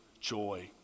joy